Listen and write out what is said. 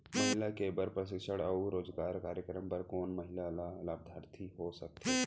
महिला के बर प्रशिक्षण अऊ रोजगार कार्यक्रम बर कोन महिला ह लाभार्थी हो सकथे?